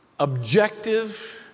objective